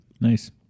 Nice